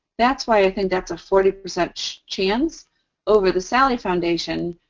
that's why i think that's a forty percent chance over the sally foundation,